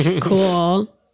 Cool